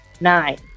Nine